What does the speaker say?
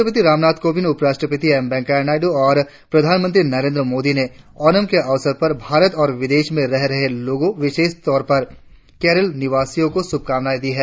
राष्ट्रपति रामनाथ कोविंद उपराष्ट्रपति एम वौकेया नायडु और प्रधानमंत्री नरेंद्र मोदी ने ओणम के अवसर पर भारत और विदेश में रह रहे लोगो विशेष तौर पर केरल निवासियों को शुभकामनाएं दी है